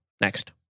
Next